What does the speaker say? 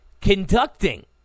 Conducting